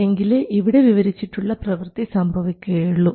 എങ്കിലേ ഇവിടെ വിവരിച്ചിട്ടുള്ള പ്രവൃത്തി സംഭവിക്കുകയുള്ളൂ